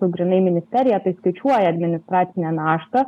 jau grynai ministerija tai skaičiuoja administracinę naštą